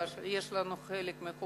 אבל יש לנו חלק מכובד.